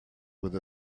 with